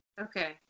Okay